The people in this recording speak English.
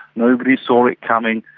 nobody saw it coming,